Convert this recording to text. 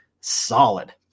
solid